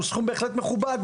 הוא סכום בהחלט מכובד.